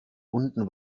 unten